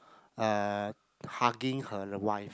uh hugging her wife